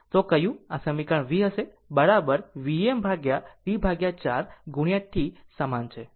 તો કહ્યું આ સમીકરણ v હશે બરાબર Vm ભાગ્યા T4 T સમાન છે